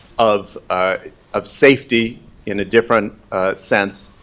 of of safety in a different sense,